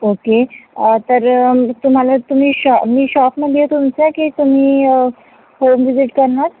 okay तर तुम्हाला तुम्ही शॉ मी शॉपमध्ये तुमच्या की तुम्ही होम व्हिजिट करणार